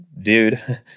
dude